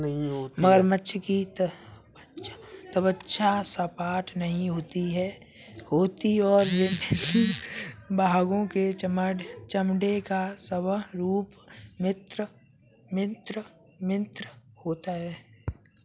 मगरमच्छ की त्वचा सपाट नहीं होती और विभिन्न भागों के चमड़े का स्वरूप भिन्न भिन्न होता है